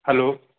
hello